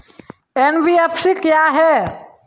NBFC क्या है?